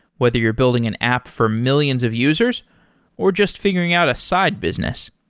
whether you're building an app for millions of users or just figuring out a side business.